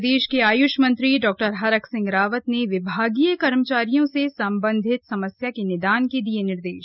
प्रदेश के आयुष मंत्री डॉ हरक सिंह रावत ने विभागीय कर्मचारियों से सम्बन्धित समस्या के निदान के दिये निर्देश